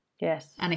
Yes